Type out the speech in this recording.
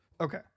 okay